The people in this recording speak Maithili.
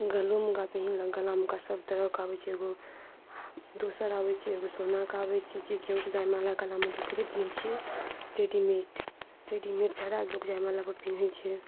गलो मेका पहिरलक गलामेका सब तरहके आबै छै एगो दोसर आबै छै एगो सोनाके आबै छै जे कि हम जयमाला गला मे दोसरे पिन्है छियै रेडीमेट रेडीमेड ज्यादा लोक जायमाला पर पिन्है छै